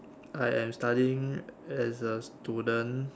I am studying as a student